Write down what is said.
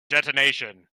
detonation